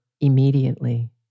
immediately